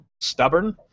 stubborn